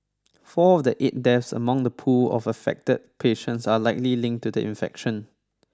four of the eight deaths among the pool of affected patients are likely linked to the infection